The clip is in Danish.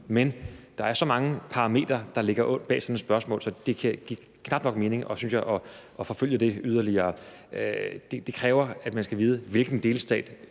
Men der er så mange parametre, der ligger bag sådan et spørgsmål, at det knap nok giver mening, synes jeg, at forfølge det yderligere. Det kræver, at man skal vide, hvilken delstat